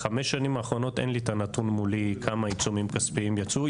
בחמש שנים האחרונות אין לי את הנתון מולי כמה עיצומים כספיים יצאו.